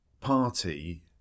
party